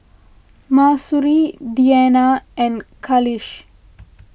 Mahsuri Diyana and Khalish